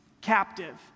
captive